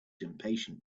impatient